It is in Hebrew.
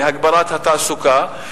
בהגברת התעסוקה,